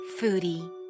foodie